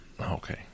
Okay